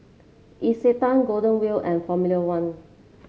Isetan Golden Wheel and Formula One